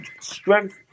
strength